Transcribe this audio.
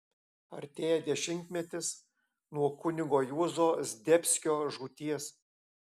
artėja dešimtmetis nuo kunigo juozo zdebskio žūties